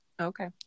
Okay